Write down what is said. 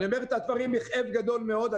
אני אומר את הדברים בכאב גדול מאוד.